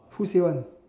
who say one